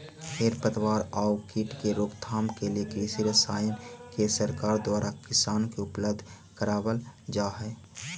खेर पतवार आउ कीट के रोकथाम के लिए कृषि रसायन के सरकार द्वारा किसान के उपलब्ध करवल जा हई